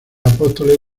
apóstoles